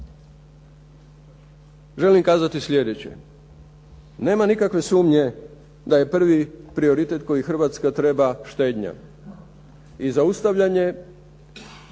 želim kazati slijedeće. Nema nikakve sumnje da je prvi prioritet koji Hrvatska treba štednja i zaustavljanje